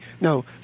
no